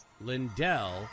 Lindell